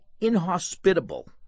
inhospitable